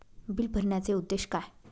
Bill भरण्याचे उद्देश काय?